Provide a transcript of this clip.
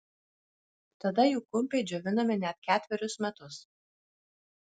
tada jų kumpiai džiovinami net ketverius metus